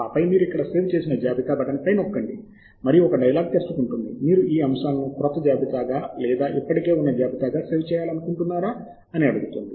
ఆపై మీరు ఇక్కడ "సేవ్ చేసిన జాబితా " బటన్పై నొక్కండి మరియు ఒక డైలాగ్ తెరుచుకుంటుంది మీరు ఈ అంశాలను క్రొత్త జాబితాగా లేదా ఇప్పటికే ఉన్నజాబితాగా సేవ్ చేయాలనుకుంటున్నారా అని అడుగుతుంది